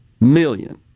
million